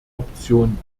option